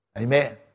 Amen